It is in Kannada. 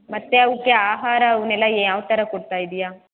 ಮತ್ತೆ ಅವಕ್ಕೆ ಆಹಾರ ಅವನ್ನೆಲ್ಲ ಯಾವ ಥರ ಕೊಡ್ತಾ ಇದ್ದೀಯಾ